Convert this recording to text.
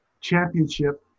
championship